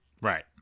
Right